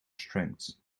strengths